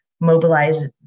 mobilize